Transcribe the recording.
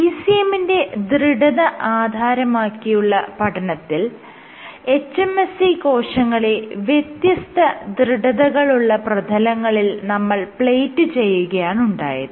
ECM ന്റെ ദൃഢത അടിസ്ഥാനമാക്കിയുള്ള പഠനത്തിൽ hMSC കോശങ്ങളെ വ്യത്യസ്ത ദൃഢതകളുള്ള പ്രതലങ്ങളിൽ നമ്മൾ പ്ലേറ്റ് ചെയ്യുകയാണുണ്ടായത്